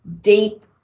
deep